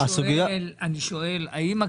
אני שואל האם הקריטריונים,